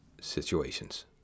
situations